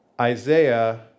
Isaiah